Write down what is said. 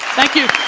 thank you.